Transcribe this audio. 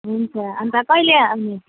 हुन्छ अन्त कहिले आउने